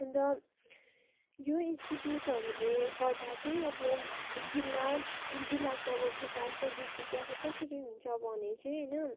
अन्त यो इन्स्टिट्युटहरूले गर्दा चाहिँ अब जिल्लाको विकास र वृद्धि चाहिँ कसरी हुन्छ भने चाहिँ होइन